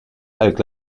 avec